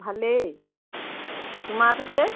ভালেই তোমাৰ পিছে